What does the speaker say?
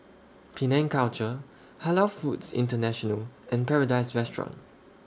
Penang Culture Halal Foods International and Paradise Restaurant